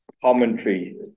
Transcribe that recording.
commentary